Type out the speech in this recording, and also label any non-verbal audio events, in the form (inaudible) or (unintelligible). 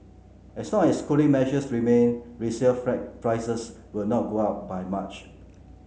as long as cooling measures remain resale (unintelligible) prices will not go up by much